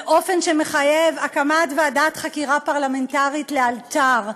באופן שמחייב הקמת ועדת חקירה פרלמנטרית לאלתר.